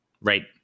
right